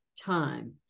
time